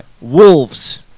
Wolves